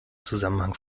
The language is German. zusammenhang